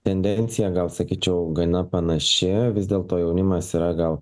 tendencija gal sakyčiau gana panaši vis dėl to jaunimas yra gal